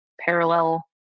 parallel